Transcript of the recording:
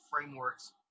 frameworks